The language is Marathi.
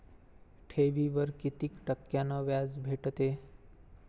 ठेवीवर कितीक टक्क्यान व्याज भेटते?